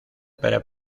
para